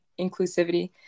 Inclusivity